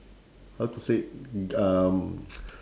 how to say um